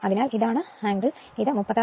അതിനാൽ ഇതാണ് ആംഗിൾ ഇത് 36